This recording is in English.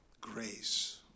Grace